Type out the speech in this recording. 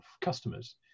customers